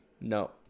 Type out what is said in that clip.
No